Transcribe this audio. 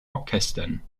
orchestern